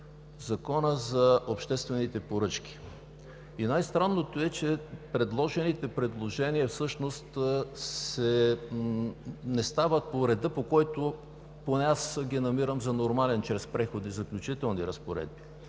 Закона за обществените поръчки. Най-странното е, че предложенията всъщност не стават по реда, по който поне аз ги намирам за нормален – чрез преходни и заключителни разпоредби.